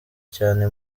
cyane